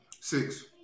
Six